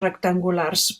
rectangulars